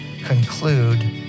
conclude